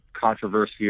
controversy